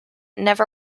never